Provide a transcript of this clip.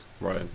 Right